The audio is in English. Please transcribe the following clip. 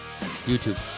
YouTube